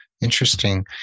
Interesting